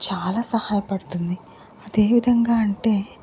చాలా సహాయపడుతుంది అది ఏ విధంగా అంటే